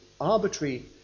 arbitrary